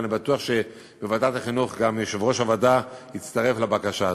אני בטוח שבוועדת החינוך גם יושב-ראש הוועדה יצטרף לבקשה הזאת.